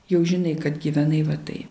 jau žinai kad gyvenai va taip